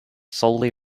solely